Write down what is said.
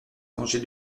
danger